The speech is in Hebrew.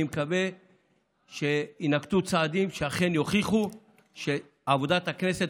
אני מקווה שיינקטו צעדים שאכן יוכיחו שעבודת הכנסת,